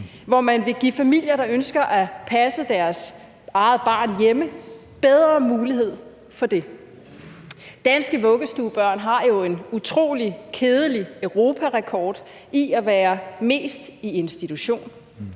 hvor man vil give familier, der ønsker at passe deres eget barn hjemme, bedre mulighed for det. Danske vuggestuebørn har jo en utrolig kedelig europarekord i at være mest i institution.